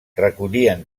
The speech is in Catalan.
recollien